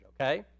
okay